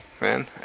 man